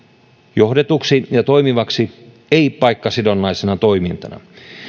johdetuksi ja toimivaksi ei paikkasidonnaisena toimintana